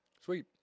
Sweet